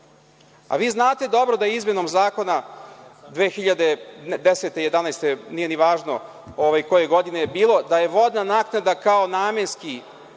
a vi znate dobro da izmenom zakona 2010. ili 2011. godine, nije ni važno koje godine je bilo, da je vodna naknada kao namenski